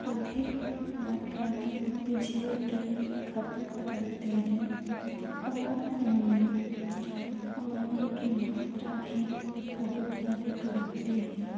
अधिक मात्रा में बिजली की खपत करते हैं और उनमें पानी की मात्रा भी बहुत अधिक लगती है